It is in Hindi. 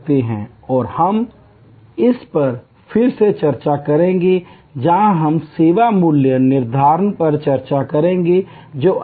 और हम इस पर फिर से चर्चा करेंगे जब हम सेवा मूल्य निर्धारण पर चर्चा करेंगे जो अन्य पी है